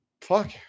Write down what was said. fuck